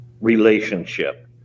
relationship